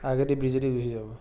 আগেদি পিছেদি গুচি যাব